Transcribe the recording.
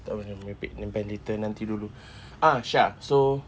tak payah nak merepek simpan cerita nanti dulu ah sya so